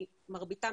כי מרביתם,